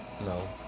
no